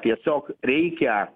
tiesiog reikia